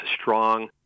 Strong